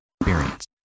experience